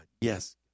Yes